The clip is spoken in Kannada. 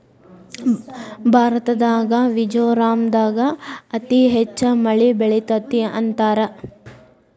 ಭಾರತದಾಗ ಮಿಜೋರಾಂ ದಾಗ ಅತಿ ಹೆಚ್ಚ ಮಳಿ ಬೇಳತತಿ ಅಂತಾರ